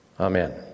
Amen